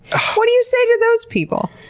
ah what do you say to those people?